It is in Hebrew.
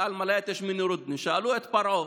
(אומר בערבית ומתרגם:) שאלו את פרעה: